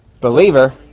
believer